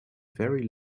very